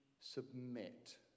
submit